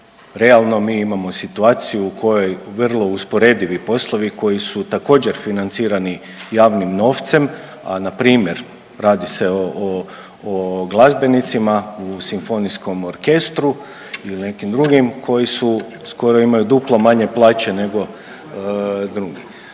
Realno mi imamo situaciju u kojoj vrlo usporedivi poslovi koji su također financirani javnim novcem, a npr. radi se o glazbenicima u simfonijskom orkestru ili nekim drugim koji su skoro imaju duplo manje plaće nego drugi.